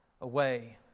away